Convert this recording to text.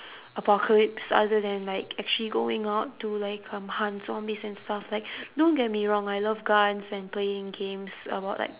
apocalypse other than like actually going out to like um hunt zombies and stuff like don't get me wrong I love guns and playing games about like